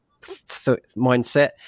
mindset